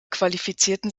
qualifizierten